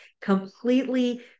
completely